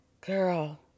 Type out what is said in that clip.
Girl